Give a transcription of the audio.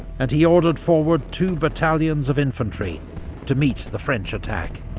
and he ordered forward two battalions of infantry to meet the french attack.